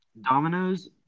Dominoes